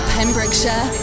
Pembrokeshire